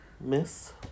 Miss